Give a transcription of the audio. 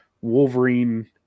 Wolverine